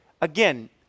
Again